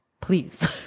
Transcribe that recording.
please